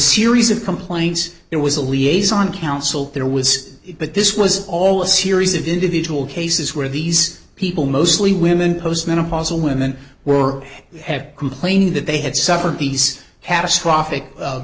series of complaints there was a liaison counsel there was but this one all a series of individual cases where these people mostly women postmenopausal women were have complained that they had suffered these catastrophic